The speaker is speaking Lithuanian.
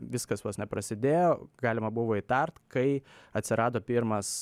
viskas vos neprasidėjo galima buvo įtart kai atsirado pirmas